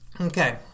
Okay